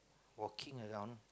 walking around